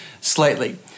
slightly